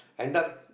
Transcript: end up